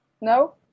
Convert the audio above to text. no